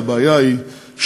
הבעיה היא,